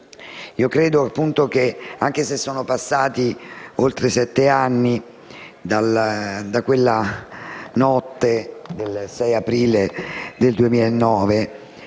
credo che, benché siano passati oltre sette anni da quella notte del 6 aprile 2009,